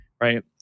Right